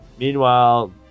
Meanwhile